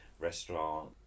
restaurant